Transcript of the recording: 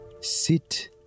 sit